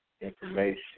information